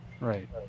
Right